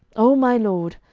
o my lord,